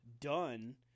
done